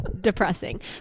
Depressing